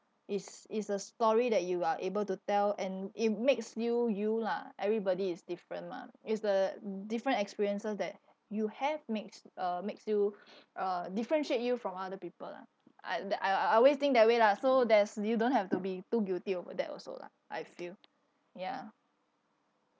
is is a story that you are able to tell and it makes you you lah everybody is different mah is the different experiences that you have makes uh makes you uh differentiate you from other people lah I th~ I I I always think that way lah so there's you don't have to be too guilty over that also lah I feel ya